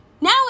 Now